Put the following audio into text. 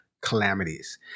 calamities